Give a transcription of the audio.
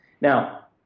Now